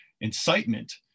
incitement